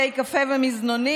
בתי קפה ומזנונים,